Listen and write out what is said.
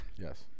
Yes